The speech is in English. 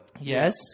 Yes